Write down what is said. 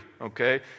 okay